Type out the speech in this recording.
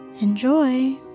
Enjoy